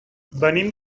venim